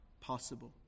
possible